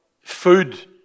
food